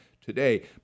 today